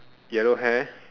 yellow hair